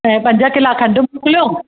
ऐं पंज किला खंडु मोकिलियो